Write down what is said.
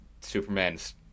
Superman's